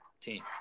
team